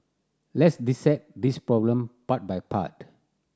let's dissect this problem part by part